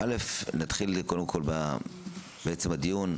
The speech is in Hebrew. נתחיל קודם כול בעצם הדיון,